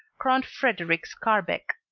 count frederic skarbek.